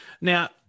Now